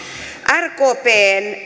rkpn